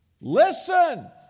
listen